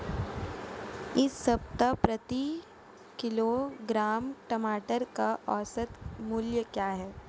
इस सप्ताह प्रति किलोग्राम टमाटर का औसत मूल्य क्या है?